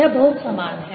यह बहुत समान है